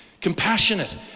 Compassionate